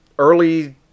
early